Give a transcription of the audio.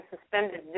suspended